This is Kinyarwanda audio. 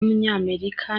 w’umunyamerika